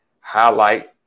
highlight